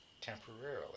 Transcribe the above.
temporarily